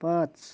पाँच